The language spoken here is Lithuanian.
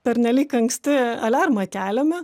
pernelyg anksti aliarmą keliame